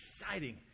exciting